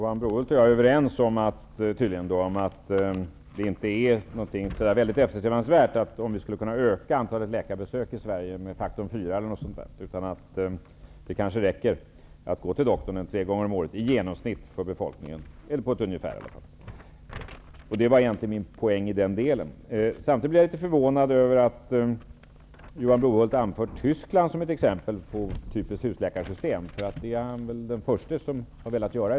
Herr talman! Johan Brohult och jag är tydligen överens om att det inte är särskilt eftersträvansvärt att öka antalet läkarbesök i Sverige med faktorn 4 eller så. Det kanske räcker att gå till doktorn tre gånger om året i genomsnitt. Det var min poäng i den delen. Jag blir litet förvånad när Johan Brohult anför Tyskland som ett exempel på ett typiskt husläkarsystem. Det är han nog den förste som har velat göra.